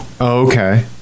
okay